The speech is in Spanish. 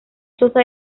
choza